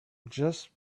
just